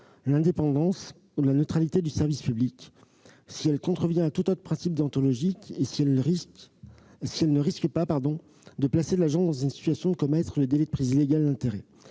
l'indépendance ou la neutralité du service public, si elle contrevient à tout autre principe déontologique et si elle ne risque pas de placer l'agent dans une situation de commettre un délit de prise illégale d'intérêts.